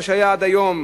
מה שהיה עד היום